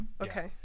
okay